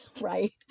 right